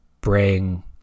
bring